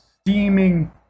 steaming